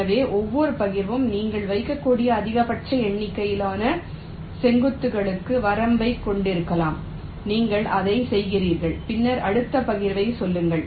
எனவே ஒவ்வொரு பகிர்வும் நீங்கள் வைக்கக்கூடிய அதிகபட்ச எண்ணிக்கையிலான செங்குத்துகளுக்கு வரம்பைக் கொண்டிருக்கலாம் நீங்கள் அதைச் செய்கிறீர்கள் பின்னர் அடுத்த பகிர்வுக்குச் செல்லுங்கள்